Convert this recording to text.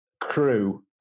crew